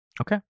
Okay